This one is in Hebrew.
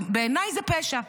בעיניי, זה פשע,